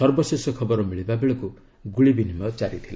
ସର୍ବଶେଷ ଖବର ମିଳିବାବେଳକୁ ଗୁଳିବିନିମୟ ଜାରି ଥିଲା